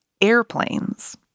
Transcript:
airplanes